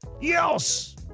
Yes